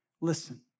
Listen